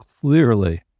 clearly